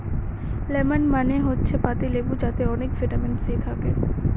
lemon মানে হচ্ছে পাতি লেবু যাতে অনেক ভিটামিন সি থাকে